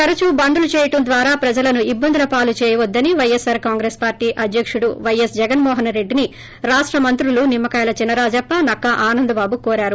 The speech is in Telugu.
తరచూ బందులు చేయడం ద్వారా ప్రజలను ఇబ్బందుల పాలు చేయవద్దని వైఎస్పార్ కాంగ్రెస్ పార్టీ అధ్యక్షుడు వైఎస్ జగన్మోహెస్ రెడ్డిని రాష్ట మంత్రులు నిమ్మకాయల చిన రాజప్ప నక్క ఆనందబాబు కోరారు